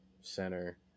center